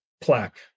plaque